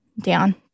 down